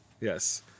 Yes